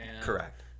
Correct